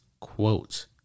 quote